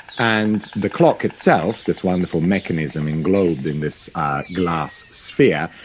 and the clock itself, this wonderful mechanism englobed in this glass sphere,